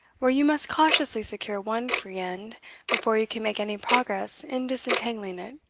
where you must cautiously secure one free end before you can make any progress in disentangling it.